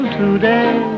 today